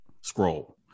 scroll